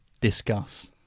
discuss